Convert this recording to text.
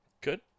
Good